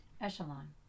echelon